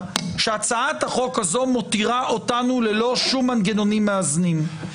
שהצעת החוק הזאת מותירה אותנו ללא שום מנגנונים מאזנים.